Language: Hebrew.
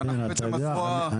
ואנחנו בעצם הזרוע --- כן,